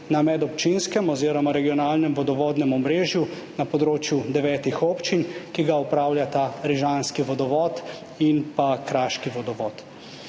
na medobčinskem oziroma regionalnem vodovodnem omrežju na področju devetih občin, ki ga upravljata Rižanski vodovod in Kraški vodovod.